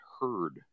heard